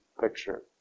picture